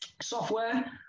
software